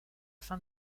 fin